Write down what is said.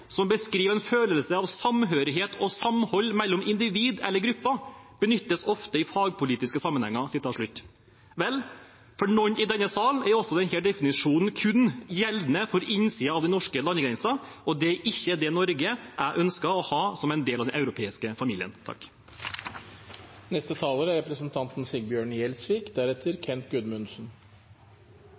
som beskriver en følelse av samhørighet og samhold mellom individ eller grupper. Ordet benyttes ofte i fagpolitiske sammenhenger». Vel, for noen i denne sal er altså denne definisjonen kun gjeldende for innsiden av den norske landegrensen, og det er ikke det Norge jeg ønsker å ha som en del av den europeiske familien. Jeg merket meg at representanten